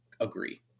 agree